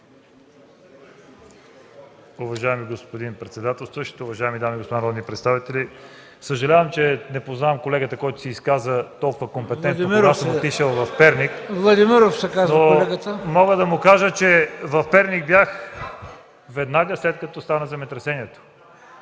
веднага след като стана земетресението.